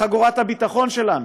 חגורת הביטחון שלנו.